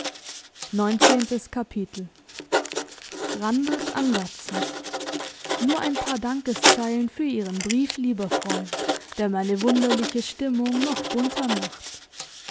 randers an gerdsen nur ein paar dankeszeilen für ihren brief lieber freund der meine wunderliche stimmung noch bunter macht